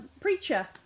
preacher